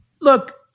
Look